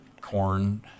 corn